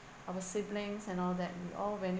our siblings and all that we all went